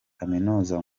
kaminuza